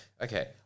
okay